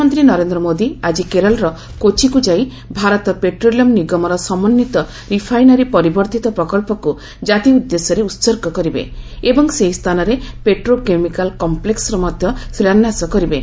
ପ୍ରଧାନମନ୍ତ୍ରୀ ନରେନ୍ଦ୍ର ମୋଦି ଆଜି କେରଳର କୋଚିକୁ ଯାଇ ଭାରତ ପ୍ରେଟ୍ରୋଲିୟମ ନିଗମର ସମନ୍ୱିତ ରିଫାଇନାରୀ ପରିବର୍ଦ୍ଧିତ ପ୍ରକଳ୍ପକୁ କାତି ଉଦ୍ଦେଶ୍ୟରେ ଉସର୍ଗ କରିବେ ଏବଂ ସେହି ସ୍ଥାନରେ ପେଟ୍ରୋ କେମିକାଲ କମ୍ପ୍ଲେକ୍ସର ମଧ୍ୟ ଶିଳାନ୍ୟାସ କରିବେ